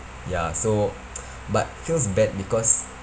ya so but feels bad because